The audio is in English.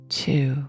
two